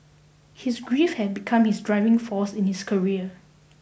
his grief had become his driving force in his career